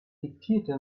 diktierte